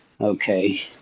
okay